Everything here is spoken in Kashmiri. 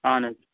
اہن حظ